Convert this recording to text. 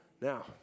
Now